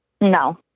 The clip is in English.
No